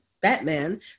Batman